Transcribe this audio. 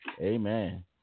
Amen